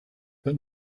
but